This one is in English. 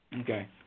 Okay